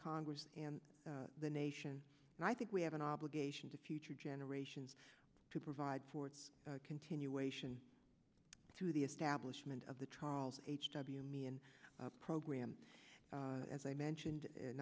congress and the nation and i think we have an obligation to future generations to provide for its continuation through the establishment of the charles h w meehan program as i mentioned